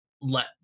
let